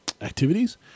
activities